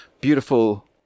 beautiful